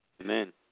Amen